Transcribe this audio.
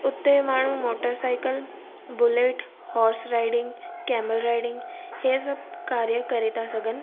उते माण्हू motorcycle bullet horse riding camel riding हीअ सभु कार्य करे था सघनि